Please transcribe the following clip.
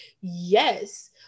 yes